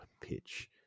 pitch